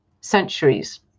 centuries